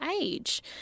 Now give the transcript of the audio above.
age